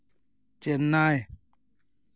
Chennai